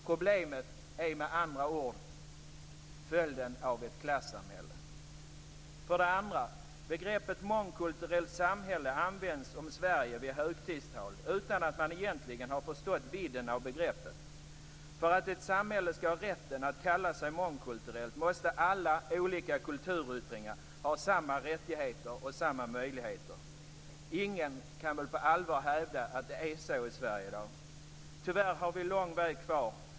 Problemet är med andra ord följden av ett klassamhälle. För det andra: Begreppet mångkulturellt samhälle används om Sverige vid högtidstal utan att man egentligen har förstått vidden av begreppet. För att ett samhälle skall ha rätten att kalla sig mångkulturellt måste alla olika kulturyttringar ha samma rättigheter och samma möjligheter. Ingen kan väl på allvar hävda att det är så i Sverige i dag. Vi har tyvärr lång väg kvar.